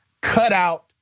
cutout